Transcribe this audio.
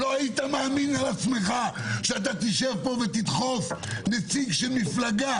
לא היית מאמין על עצמך שתשב פה ותדחוף נציג מפלגה